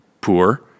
poor